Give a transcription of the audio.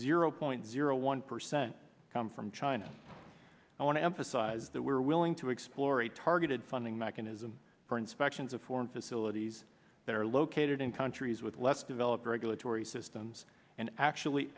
zero point zero one percent come from china i want to emphasize that we're willing to explore a targeted funding mechanism for inspections of foreign facilities that are located in countries with less developed regulatory systems and actually